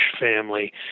family